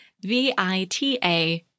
VITA